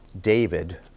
David